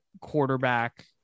quarterback